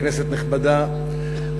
כנסת נכבדה,